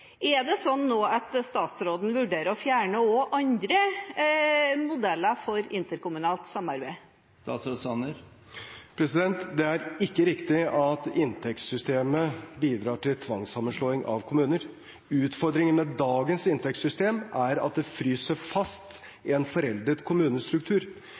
Er det sånn nå at statsråden vurderer å fjerne også andre modeller for interkommunalt samarbeid? Det er ikke riktig at inntektssystemet bidrar til tvangssammenslåing av kommuner. Utfordringen med dagens inntektssystem er at det fryser fast i en foreldet kommunestruktur.